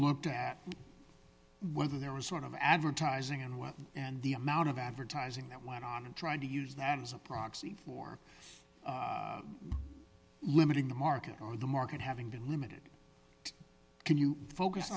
looked at whether there was sort of advertising and what and the amount of advertising that went on and trying to use that as a proxy for limiting the market or the market having been limited can you focus